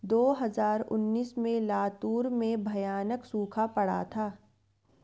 दो हज़ार उन्नीस में लातूर में भयानक सूखा पड़ा था